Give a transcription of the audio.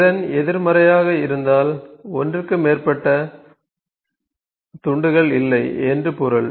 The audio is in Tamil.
திறன் எதிர்மறையாக இருந்தால் ஒன்றுக்கு மேற்பட்ட துண்டுகள் இல்லை என்று பொருள்